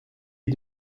est